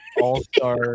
all-star